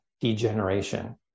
degeneration